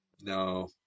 no